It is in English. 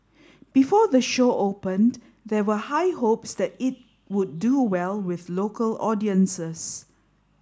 before the show opened there were high hopes that it would do well with local audiences